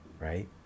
right